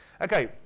okay